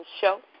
show